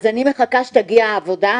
אז אני מחכה שתגיע העבודה,